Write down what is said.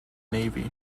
navy